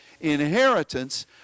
inheritance